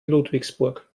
ludwigsburg